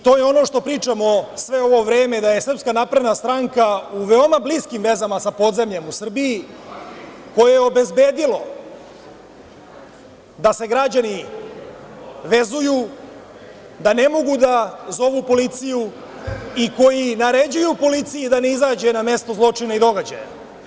To je ono što pričamo sve ovo vreme, da je Srpska napredna stranka u veoma bliskim vezama sa podzemljem u Srbiji, koje je obezbedilo da se građani vezuju, da ne mogu da zovu policiju i koji naređuju policiji da ne izađe na mesto zločina i događaja.